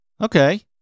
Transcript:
Okay